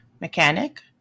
mechanic